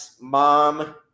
mom